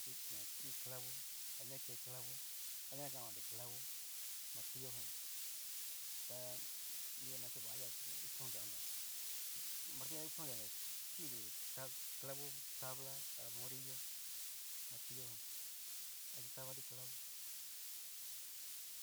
Chi ña ki clavo aja ke clavo, aña kanonri clavo, martillo jan tá nrida naovanri kuchonria chí kuchonnria onka, marillo jan kuchón nria na chinri clavo, tabla a murillo, martillo jan aña tavanri clavo.